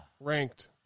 Ranked